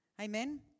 Amen